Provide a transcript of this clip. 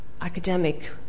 academic